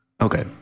Okay